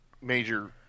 major